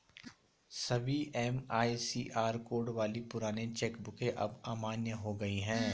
सभी MICR code वाली पुरानी चेक बुक अब अमान्य हो गयी है